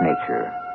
nature